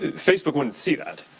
facebook wouldn't see that.